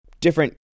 different –